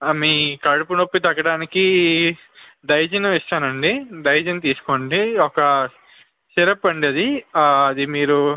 మీ కడుపు నొప్పి తగ్గడానికి డైజిన్ ఇస్తాను అండి డైజిన్ తీసుకోండి ఒక సిరప్ అండి అది మీరు